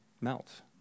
melt